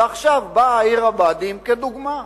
ועכשיו באה עיר הבה"דים כדוגמה.